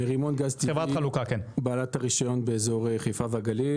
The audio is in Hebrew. מרימון גז טבעי היא בעלת הרישיון באזור חיפה והגליל